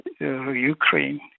Ukraine